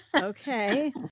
Okay